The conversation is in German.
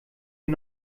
mir